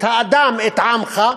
את האדם, את עמך.